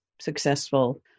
successful